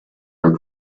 what